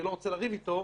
כי אני לא רוצה לריב אתו.